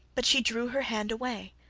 but she drew her hand away,